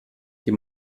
die